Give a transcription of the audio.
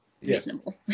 reasonable